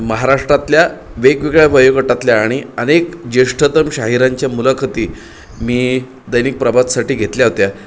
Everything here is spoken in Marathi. महाराष्ट्रातल्या वेगवेगळ्या वयोगटातल्या आणि अनेक ज्येष्ठतम शाहिरांच्या मुलाखती मी दैनिक प्रभातसाठी घेतल्या होत्या